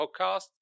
podcast